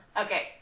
Okay